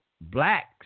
Blacks